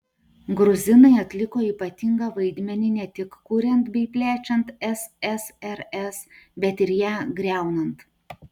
gruzinai atliko ypatingą vaidmenį ne tik kuriant bei plečiant ssrs bet ir ją griaunant